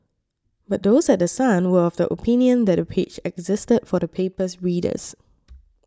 but those at The Sun were of the opinion that the page existed for the paper's readers